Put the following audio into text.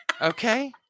Okay